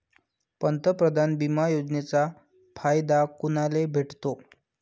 पंतप्रधान बिमा योजनेचा फायदा कुनाले भेटतो?